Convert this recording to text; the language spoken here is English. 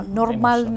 normal